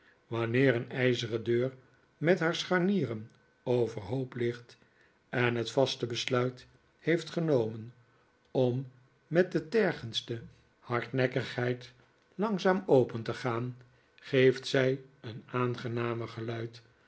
wanneer een ijzeren deur met haar scharnieren overhoop ligt en het vaste besluit heeft genomen om met de tergendste hardnekkigheid langzaam open te gaan geeft zij een aangenamer geluid